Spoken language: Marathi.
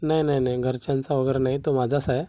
नाही नाही नाही घरच्यांचा वगैरे नाही तो माझाच आहे